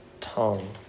tongue